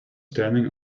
standing